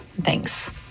Thanks